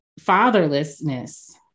fatherlessness